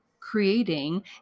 creating